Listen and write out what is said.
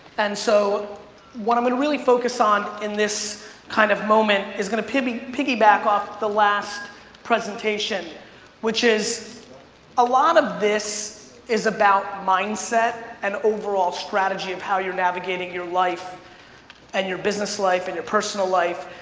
and so what i'm gonna really focus on in this kind of moment is gonna piggyback piggyback off the last presentation which is a lot of this is about mindset and overall strategy of how you're navigating your life and your business life and your personal life.